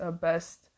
best